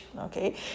okay